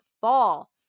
fall